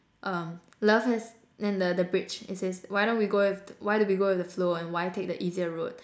um love has and the the bridge it says why don't we go with why do we go with the flow and why take the easier road